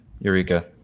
Eureka